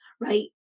right